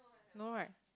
no right